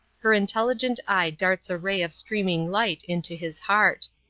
her intelligent eye darts a ray of streaming light into his heart.